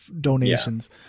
donations